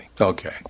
Okay